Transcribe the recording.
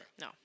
No